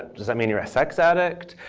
does that mean you're a sex addict?